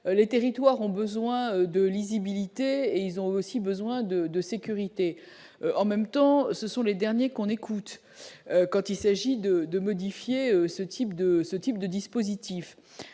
les territoires ont besoin de lisibilité et ils ont aussi besoin de de sécurité en même temps, ce sont les derniers qu'on écoute quand il s'agit de de modifier ce type de ce type